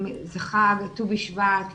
אם זה חג ט"ו בשבט,